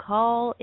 Call